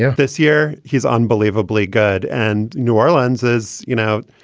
yeah this year he's unbelievably good. and new orleans is, you know,